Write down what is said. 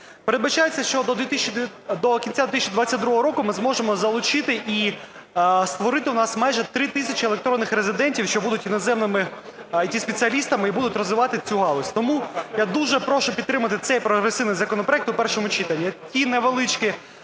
Передбачається, що до кінця 2022 року ми зможемо залучити і створити у нас майже 3 тисячі електронних резидентів, що будуть іноземними ІТ-спеціалістами і будуть розвивати цю галузь. Тому я дуже прошу підтримати цей прогресивний законопроект у першому читанні.